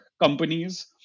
companies